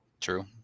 True